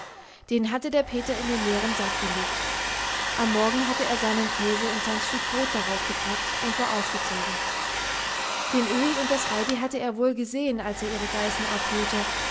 den hatte der peter in den leeren sack gelegt am morgen hatte er seinen käse und sein stück brot darauf gepackt und war ausgezogen den öhi und das heidi hatte er wohl gesehen als er ihre geißen abholte